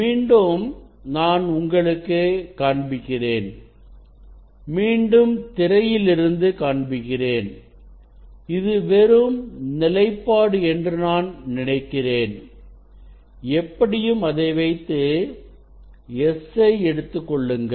மீண்டும் நான் உங்களுக்குக் காண்பிக்கிறேன் மீண்டும் திரையில் இருந்து காண்பிக்கிறேன் இது வெறும் நிலைப்பாடு என்று நான் நினைக்கிறேன் எப்படியும் அதை வைத்து s ஐ எடுத்துக் கொள்ளுங்கள்